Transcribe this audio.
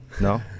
No